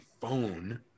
phone